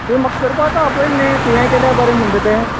तुवें म्हाका करपाक आपयल न्ही तुवें केल्या बरें म्हणटा तें